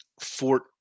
Fort